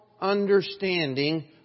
understanding